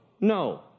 No